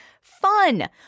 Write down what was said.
fun